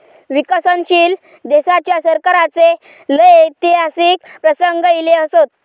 विकसनशील देशाच्या सरकाराचे लय ऐतिहासिक प्रसंग ईले असत